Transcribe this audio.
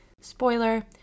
Spoiler